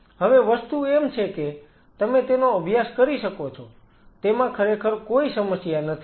હવે વસ્તુ એમ છે કે તમે તેનો અભ્યાસ કરી શકો છો તેમાં ખરેખર કોઈ સમસ્યા નથી